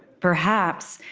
perhaps,